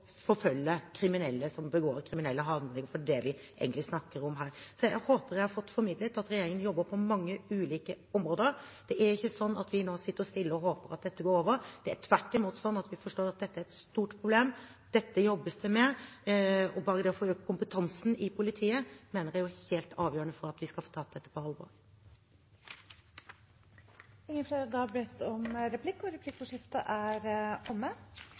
forfølge kriminelle som begår kriminelle handlinger, for det er det vi egentlig snakker om her. Så jeg håper jeg har fått formidlet at regjeringen jobber på mange ulike områder. Det er ikke slik at vi nå sitter stille og håper at dette går over. Det er tvert imot slik at vi forstår at dette er et stort problem, og dette jobbes det med. Og bare det å få økt kompetansen i politiet mener jeg er helt avgjørende for at vi skal få tatt dette på alvor. Replikkordskiftet er omme. De talere som heretter får ordet, har en taletid på inntil 3 minutter. Det er